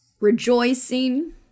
rejoicing